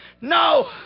No